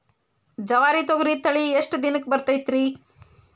ಜವಾರಿ ತೊಗರಿ ತಳಿ ಎಷ್ಟ ದಿನಕ್ಕ ಬರತೈತ್ರಿ?